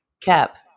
Cap